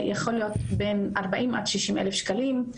זה יכול להיות בין 40,000 עד 60,000 שקלים.